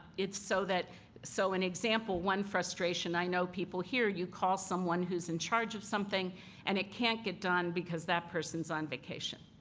it. so so an example, one frustration, i know people here, you call someone who is in charge of something and it can't get done because that person is on vacation,